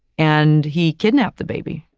and he kidnapped the baby.